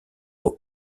aux